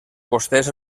vostès